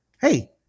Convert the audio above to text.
Hey